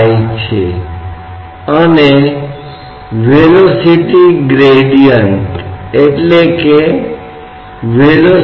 हम वास्तव में इस बात के लिए प्रतिबद्ध नहीं हैं कि अन्य बल क्या हैं जो इस पर कार्य कर रहे हैं कई अन्य निकाय बल हैं जो x और y के साथ इस पर कार्य कर रहे हैं